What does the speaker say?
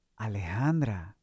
Alejandra